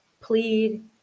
plead